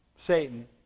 Satan